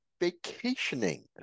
vacationing